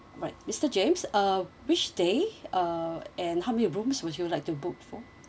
alright mister james uh which day uh and how many rooms would you like to book for